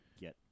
get